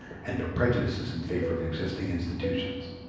and their prejudices in favor of existing institutions.